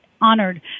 honored